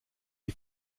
die